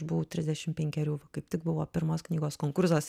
buvau trisdešim penkerių va kaip tik buvo pirmos knygos konkursas